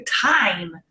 time